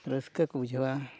ᱨᱟᱹᱥᱠᱟᱹ ᱠᱚ ᱵᱩᱡᱷᱟᱹᱣᱟ